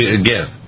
again